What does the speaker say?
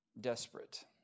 desperate